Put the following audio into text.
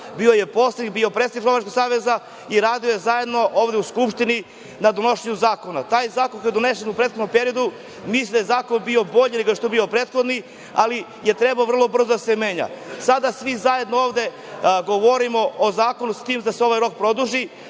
bio i predsednik Lovačkog saveza i poslanik i radio zajedno ovde u Skupštini na donošenju zakona. Taj zakon koji je donešen u prethodnom periodu mislim da je bio bolji nego prethodni, ali je trebao vrlo brzo da se menja. Sada svi zajedno ovde govorimo o zakonu, s tim da se ovaj rok produži